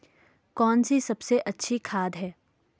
कौन सी सबसे अच्छी खाद है?